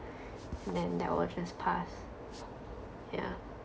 then that will just pass yeah